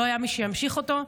לא היה מי שימשיך אותו.